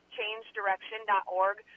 changedirection.org